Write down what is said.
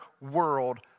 world